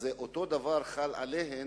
אז אותו הדבר חל עליהן,